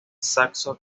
saxo